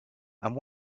and